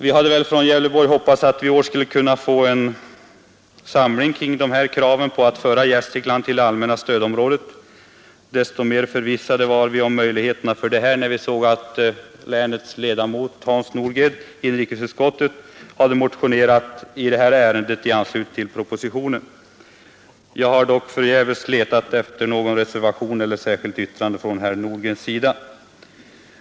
Vi hade i Gävleborgs län hoppats att vi i år skulle kunna få till stånd en uppslutning kring kravet på att föra Gästrikland till allmänna stödområdet. Desto mer förvissade om möjligheterna härtill blev vi när vi såg att länets ledamot Hans Nordgren i inrikesutskottet hade motionerat i anslutning till propositionen. Jag har dock förgäves letat efter någon reservation eller något särskilt yttrande från herr Nordgren.